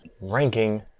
ranking